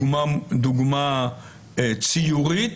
דוגמה ציורית